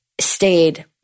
stayed